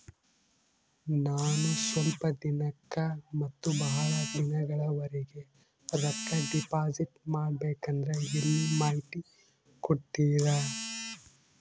ನಾನು ಸ್ವಲ್ಪ ದಿನಕ್ಕ ಮತ್ತ ಬಹಳ ದಿನಗಳವರೆಗೆ ರೊಕ್ಕ ಡಿಪಾಸಿಟ್ ಮಾಡಬೇಕಂದ್ರ ಎಲ್ಲಿ ಮಾಹಿತಿ ಕೊಡ್ತೇರಾ?